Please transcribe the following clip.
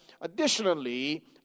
additionally